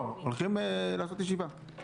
אנחנו